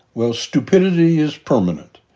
well, stupidity is permanent.